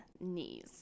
knees